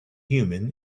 human